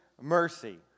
mercy